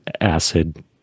acid